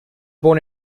born